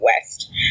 West